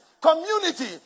community